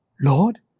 Lord